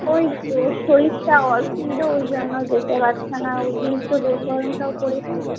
ওই ওর শরীরটা অসুবিধা ওই জন্য যেতে পারছে না অতিরিক্ত রোদ গরমটাও পড়েছে না